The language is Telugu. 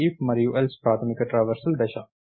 ఈ if మరియు else ప్రాథమిక ట్రావెర్సల్ దశ